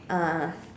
uh